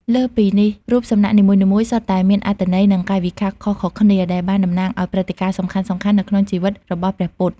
លើសពីនេះ រូបសំណាកនីមួយៗសុទ្ធតែមានអត្ថន័យ និងកាយវិការខុសៗគ្នាដែលបានតំណាងឱ្យព្រឹត្តិការណ៍សំខាន់ៗនៅក្នុងជីវិតរបស់ព្រះពុទ្ធ។